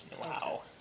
Wow